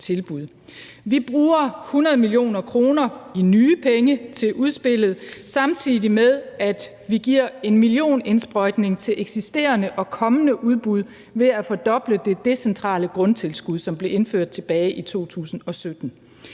Vi bruger 100 mio. kr. i nye penge til udspillet, samtidig med at vi giver en millionindsprøjtning til eksisterende og kommende udbud ved at fordoble det decentrale grundtilskud, som blev indført tilbage i 2017.